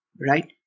right